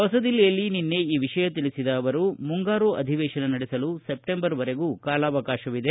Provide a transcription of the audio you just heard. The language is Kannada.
ಹೊಸದಿಲ್ಲಿಯಲ್ಲಿ ನಿನ್ನೆ ಈ ವಿಷಯ ತಿಳಿಸಿದ ಅವರು ಮುಂಗಾರು ಅಧಿವೇಶನ ನಡೆಸಲು ಸೆಪ್ಪೆಂಬರ್ವರೆಗೂ ಕಾಲಾವಕಾಶವಿದೆ